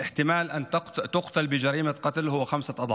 האפשרות שתירצח בפשע של רצח היא פי חמישה.